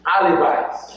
alibis